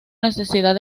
necesidad